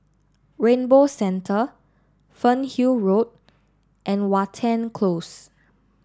Rainbow Centre Fernhill Road and Watten Close